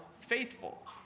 faithful